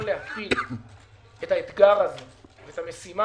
להחיל את המשימה